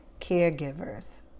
caregivers